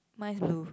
mine is blue